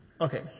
Okay